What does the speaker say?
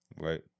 Right